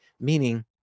meaning